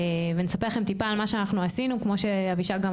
ונספר לכם טיפה על מה שאנחנו עשינו כמו שאבישג גם